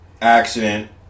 accident